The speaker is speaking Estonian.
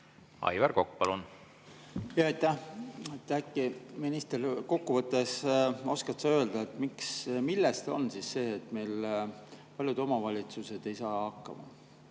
Aivar Kokk, palun! Aitäh! Äkki, minister, kokku võttes oskad sa öelda, miks on siis nii, et meil paljud omavalitsused ei saa hakkama.